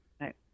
Right